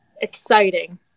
exciting